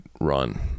run